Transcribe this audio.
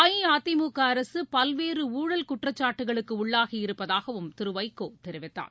அஇஅதிமுக அரசு பல்வேறு ஊழல் குற்றச்சாட்டுகளுக்கு உள்ளாகி இருப்பதாகவும் திரு வைகோ தெரிவித்தார்